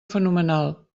fenomenal